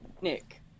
Nick